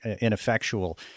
ineffectual